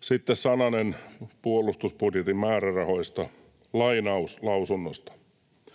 Sitten sananen puolustusbudjetin määrärahoista, lainaus lausunnosta: